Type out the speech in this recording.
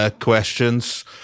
questions